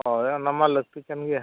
ᱦᱳᱭ ᱚᱱᱟᱢᱟ ᱞᱟᱹᱠᱛᱤ ᱠᱟᱱ ᱜᱮᱭᱟ